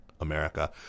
America